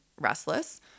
restless